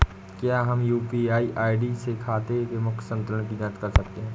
क्या हम UPI ID से खाते के मूख्य संतुलन की जाँच कर सकते हैं?